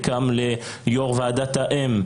וגם ליושב ראש וועדת האם,